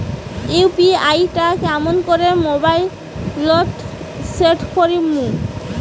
UPI টা কেমন করি মোবাইলত সেট করিম?